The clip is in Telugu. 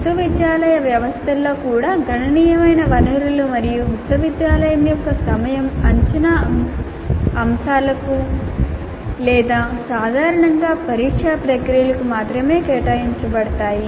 విశ్వవిద్యాలయ వ్యవస్థలలో కూడా గణనీయమైన వనరులు మరియు విశ్వవిద్యాలయం యొక్క సమయం అంచనా అంశాలకు లేదా సాధారణంగా పరీక్షా ప్రక్రియలకు మాత్రమే కేటాయించబడతాయి